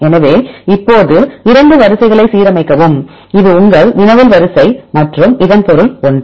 எனவே இப்போது 2 வரிசைகளை சீரமைக்கவும் இது உங்கள் வினவல் வரிசை மற்றும் இதன் பொருள் ஒன்று